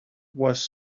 was